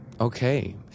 Okay